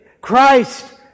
Christ